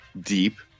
deep